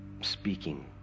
speaking